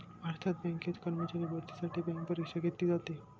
भारतात बँकेत कर्मचारी भरतीसाठी बँक परीक्षा घेतली जाते